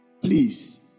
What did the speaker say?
Please